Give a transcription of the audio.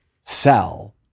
sell